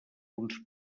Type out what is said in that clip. uns